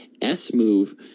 S-move